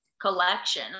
collection